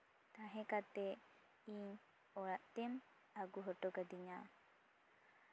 ᱛᱟᱦᱮᱸ ᱠᱟᱛᱮᱜ ᱤᱧ ᱚᱲᱟᱜ ᱛᱮᱢ ᱟᱹᱜᱩ ᱦᱚᱴᱚ ᱠᱟᱹᱫᱤᱧᱟ